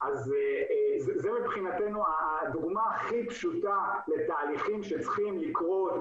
אז זה מבחינתנו הדוגמה הכי פשוטה לתהליכים שצריכים לקרות,